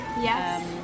Yes